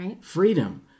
Freedom